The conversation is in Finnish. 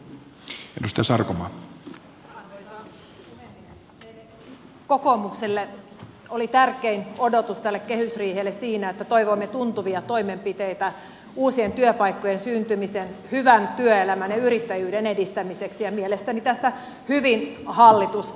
meille kokoomukselle oli tärkein odotus tälle kehysriihelle siinä että toivoimme tuntuvia toimenpiteitä uusien työpaikkojen syntymisen hyvän työelämän ja yrittäjyyden edistämiseksi ja mielestäni tässä hyvin hallitus onnistui